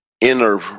inner